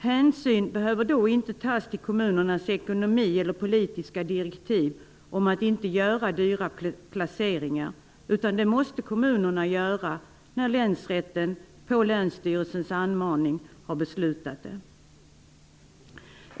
Hänsyn behöver då inte tas till kommunernas ekonomi eller politiska direktiv om att inte göra dyra placeringar, utan det måste kommunerna göra när länsrätten på länsstyrelsens anmaning har beslutat det.